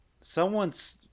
Someone's